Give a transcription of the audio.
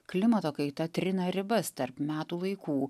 klimato kaita trina ribas tarp metų laikų